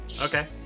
Okay